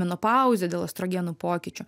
menopauze dėl estrogenų pokyčio